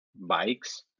bikes